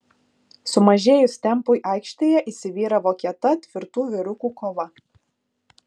sumažėjus tempui aikštėje įsivyravo kieta tvirtų vyrukų kova